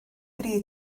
dri